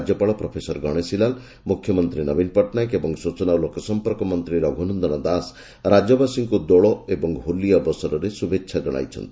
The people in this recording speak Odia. ରାଜ୍ୟପାଳ ପ୍ରଫେସର ଗଣେଶି ଲାଲ ମୁଖ୍ୟମନ୍ତୀ ନବୀନ ପଟ୍ଟନାୟକ ଏବଂ ସୂଚନା ଓ ଲୋକସମ୍ପର୍କ ମନ୍ତୀ ରଘୁନନନ ଦାସ ରାଜ୍ୟବାସୀଙ୍କୁ ଦୋଳ ଏବଂ ହୋଲି ଅବସରରେ ଶୁଭେଛା ଜଣାଇଛନ୍ତି